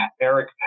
Eric